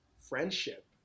friendship